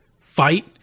fight